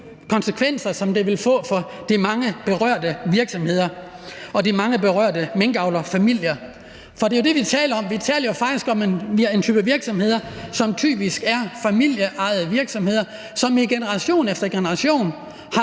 konsekvenser, som det vil få for de mange berørte virksomheder og de mange berørte minkavlerfamilier. For det er jo det, vi taler om – vi taler faktisk om en type virksomheder, som typisk er familieejede virksomheder, og som i generation efter generation